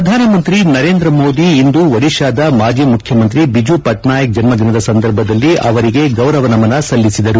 ಪ್ರಧಾನಮಂತ್ರಿ ನರೇಂದ್ರ ಮೋದಿ ಇಂದು ಒಡಿಶಾದ ಮಾಜಿ ಮುಖ್ಯಮಂತ್ರಿ ಬಿಜು ಪಟ್ನಾಯಕ್ ಜನ್ಮದಿನದ ಸಂದರ್ಭದಲ್ಲಿ ಅವರಿಗೆ ಗೌರವ ನಮನ ಸಲ್ಲಿಸಿದರು